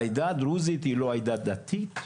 העדה הדרוזית היא לא עדה דתית,